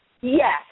Yes